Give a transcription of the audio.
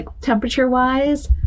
temperature-wise